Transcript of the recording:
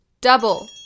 double